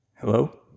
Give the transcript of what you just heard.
Hello